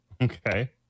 Okay